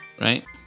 right